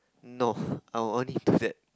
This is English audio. no I will only do that